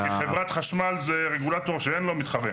חב' חשמל זה רגולטור שאין לו מתחרה,